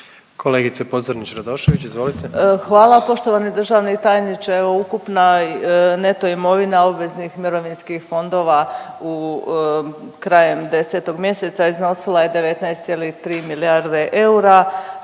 izvolite. **Pocrnić-Radošević, Anita (HDZ)** Hvala. Poštovani državni tajniče. U ukupnoj neto imovina obveznih mirovinskih fondova u krajem 10. mjeseca iznosila je 19,3 milijarde eura